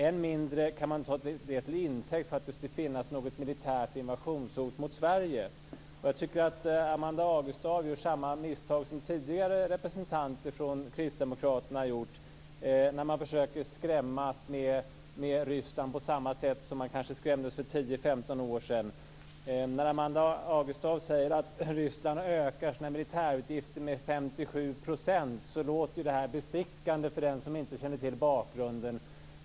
Än mindre kan man ta det till intäkt för att det skulle finnas något militärt invasionshot mot Sverige. Jag tycker att Amanda Agestav gör samma misstag som tidigare representanter från Kristdemokraterna har gjort när man har försökt skrämmas med Ryssland på samma sätt som man kanske skrämdes för 10-15 år sedan. När Amanda Agestav säger att Ryssland ökar sina militärutgifter med 57 % så låter ju det bestickande för den som inte känner till bakgrunden.